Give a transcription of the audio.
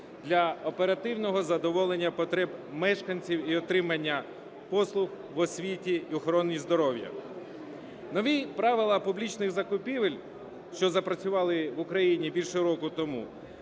для оперативного задоволення потреб мешканців і отримання послуг в освіті і охороні здоров'я. Нові правила публічних закупівель, що запрацювали в Україні більше року тому,